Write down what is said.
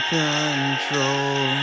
control